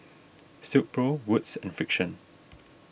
Silkpro Wood's and Frixion